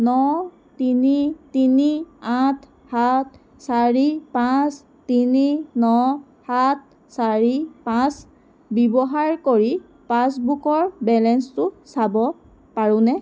ন তিনি তিনি আঠ সাত চাৰি পাঁচ তিনি ন সাত চাৰি পাঁচ ব্যৱহাৰ কৰি পাছবুকৰ বেলেঞ্চটো চাব পাৰোঁনে